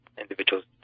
individuals